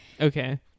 Okay